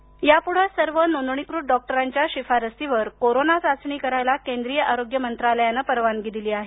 कोरोनाचाचणी यापुढे सर्व नोंदणीकृत डॉक्टरांच्या शिफारसीवर कोरोना चाचणी करायला केंद्रीय आरोग्य मंत्रालयानं परवानगी दिली आहे